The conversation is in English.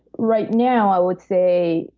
right now, i would say,